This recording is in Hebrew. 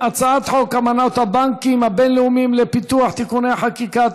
חוק אמנות הבנקים הבין-לאומיים לפיתוח (תיקוני חקיקה),